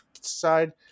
side